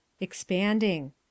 Expanding